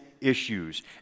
issues